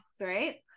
right